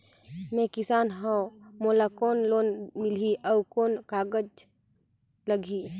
मैं किसान हव मोला कौन लोन मिलही? अउ कौन कागज लगही?